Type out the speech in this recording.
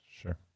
Sure